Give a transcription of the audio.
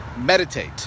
Meditate